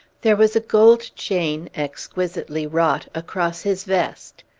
there was a gold chain, exquisitely wrought, across his vest.